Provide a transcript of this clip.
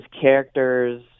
characters